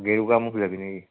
গেৰুকামুখ যাবি নে কি